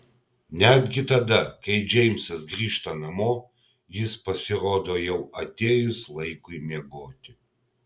netgi tada kai džeimsas grįžta namo jis pasirodo jau atėjus laikui miegoti